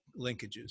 linkages